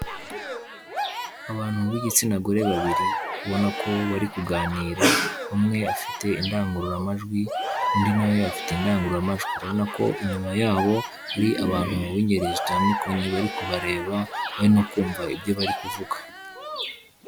Abantu b'igitsina gore babiri, ubona ko bari kuganira, umwe afite indangururamajwi, undi nawe afite indangurumajwi, ubona ko inyuma yabo hari abantu b'ingeri zitandukanye bari kubareba, bari no kumva ibyo bari kuvuga.